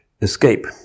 escape